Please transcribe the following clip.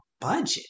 budget